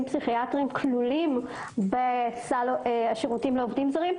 פסיכיאטריים כלולים בסל השירותים לעובדים זרים,